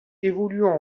évoluant